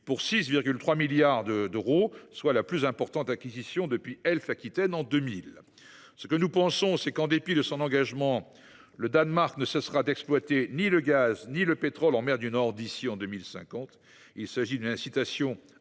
pour 6,3 milliards d’euros, soit la plus importante acquisition depuis Elf Aquitaine en 2000. Nous pensons que, en dépit de son engagement, le Danemark ne cessera d’exploiter ni le gaz ni le pétrole en mer du Nord d’ici à 2050. Il s’agit d’une incitation à explorer,